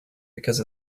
because